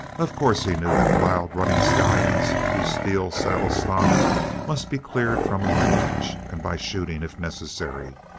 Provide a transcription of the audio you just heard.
of course he knew that wild-running stallions who steal saddle stock must be cleared from a range, and by shooting if necessary.